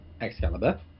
Excalibur